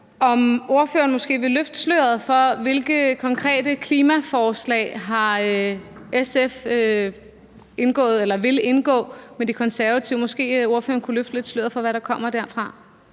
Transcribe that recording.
om ordføreren måske vil løfte sløret for, hvilke konkrete klimaforslag SF vil aftale med De Konservative. Måske kunne ordføreren løfte sløret lidt for, hvad der kommer derfra?